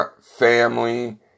family